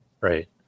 Right